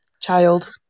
child